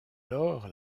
lors